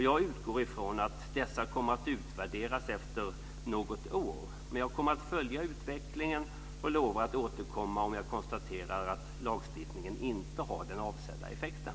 Jag utgår från att dessa kommer att utvärderas efter något år. Jag kommer att följa utvecklingen, och jag lovar att återkomma om jag konstaterar att lagstiftningen inte har den avsedda effekten.